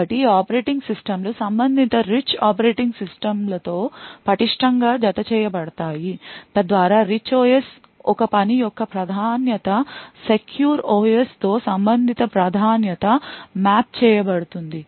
కాబట్టి ఈ ఆపరేటింగ్ సిస్టమ్లు సంబంధిత రిచ్ ఆపరేటింగ్ సిస్టమ్ల తో పటిష్టం గా జతచేయబడతాయి తద్వారా రిచ్ OS లో ఒక పని యొక్క ప్రాధాన్యత సెక్యూర్ OS లో సంబంధిత ప్రాధాన్యతకు మ్యాప్ చేయ బడుతుంది